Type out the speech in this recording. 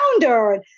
founder